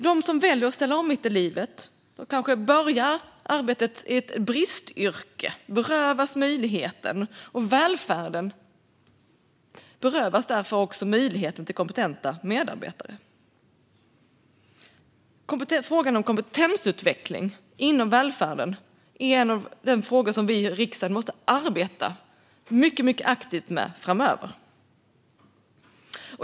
De som vill ställa om mitt i livet och kanske börja arbeta i ett bristyrke berövas den möjligheten, och välfärden berövas därmed möjligheten att hitta kompetenta medarbetare. Frågan om kompetensutveckling inom välfärden är en av de frågor som vi i riksdagen måste arbeta mycket aktivt med framöver.